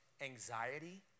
anxiety